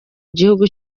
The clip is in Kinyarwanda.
gihugu